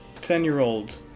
Ten-year-old